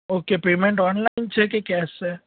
okay payment online છે કે cash છે